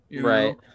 right